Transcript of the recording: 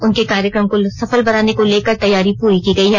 उनके कार्यक्रम को सफल बनाने को लेकर तैयारी पूरी की गई है